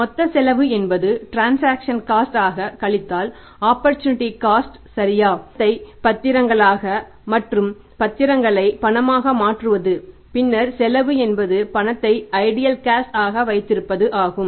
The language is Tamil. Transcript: மொத்த செலவு என்பது டிரன்சாக்சன் காஸ்ட் ஆக வைத்திருப்பது ஆகும்